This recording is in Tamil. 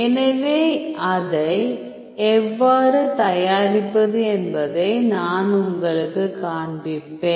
எனவே அதை எவ்வாறு தயாரிப்பது என்பதை நான் உங்களுக்குக் காண்பிப்பேன்